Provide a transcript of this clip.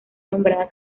nombrada